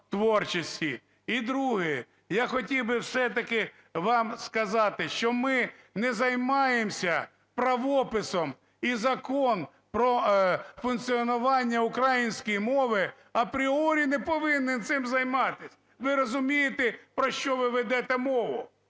І друге. Я хотів би все-таки вам сказати, що ми не займаємося правописом, і Закон про функціонування української мови апріорі не повинен цим займатися. Ви розумієте, про що ви веде мову?